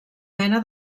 mena